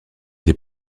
des